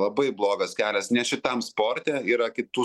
labai blogas kelias nes šitam sporte yra kitų